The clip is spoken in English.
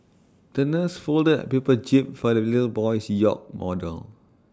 the nurse folded A paper jib for the little boy's yacht model